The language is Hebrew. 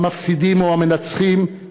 המפסידים או המנצחים,